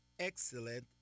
Excellent